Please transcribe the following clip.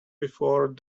before